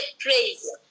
praise